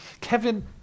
Kevin